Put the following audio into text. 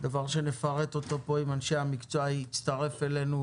מצטרפים אלינו